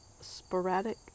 sporadic